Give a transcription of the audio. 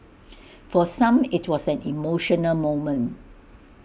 for some IT was an emotional moment